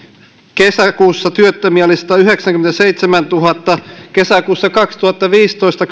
kesäkuussa työttömiä oli satayhdeksänkymmentäseitsemäntuhatta vuoden kaksituhattaviisitoista